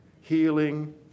healing